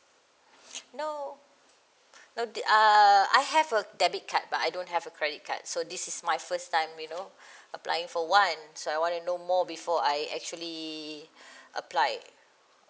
no no uh I have a debit card but I don't have a credit card so this is my first time you know applying for one so I wanna know more before I actually applied